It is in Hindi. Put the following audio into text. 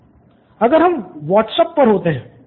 स्टूडेंट 5 अगर हम व्हाट्सएप पर होते हैं